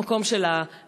המקום של הגיור,